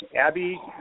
Abby